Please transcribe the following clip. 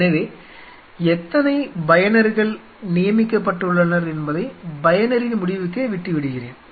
எனவே எத்தனை பயனர்கள் நியமிக்கப்பட்டுள்ளனர் என்பதை பயனரின் முடிவுக்கே விட்டுவிடுகிறேன்